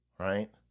Right